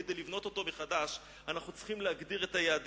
כדי לבנות אותו מחדש אנחנו צריכים להגדיר את היעדים,